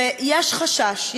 ויש חשש,